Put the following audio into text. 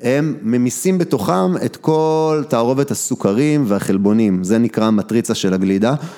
הם ממיסים בתוכם את כל תערובת הסוכרים והחלבונים, זה נקרא מטריצה של הגלידה